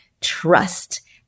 trust